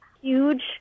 huge